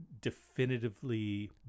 definitively